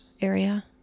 area